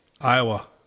Iowa